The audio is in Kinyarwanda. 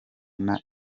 n’aho